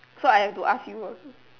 so I have to ask you ah